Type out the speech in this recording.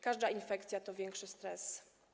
Każda infekcja to większy stres.